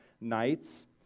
nights